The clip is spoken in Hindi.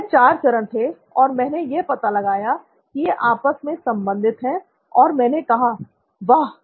तो यह चार चरण थे और मैंने यह पता लगाया की ये आपस में संबंधित है और मैंने कहा " वाह